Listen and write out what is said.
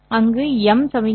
அங்கு m சமிக்ஞைகள்